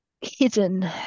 hidden